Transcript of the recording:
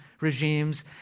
regimes